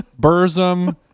Burzum